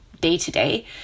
day-to-day